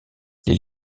les